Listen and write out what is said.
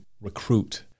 recruit